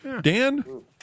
Dan